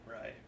Right